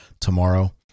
tomorrow